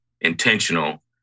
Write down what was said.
intentional